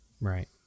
Right